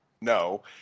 no